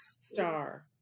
star